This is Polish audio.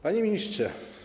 Panie Ministrze!